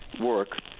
work